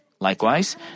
Likewise